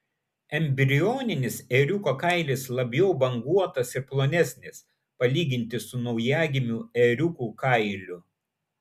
embrioninis ėriuko kailis labiau banguotas ir plonesnis palyginti su naujagimių ėriukų kailiu